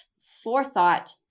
forethought